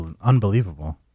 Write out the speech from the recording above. unbelievable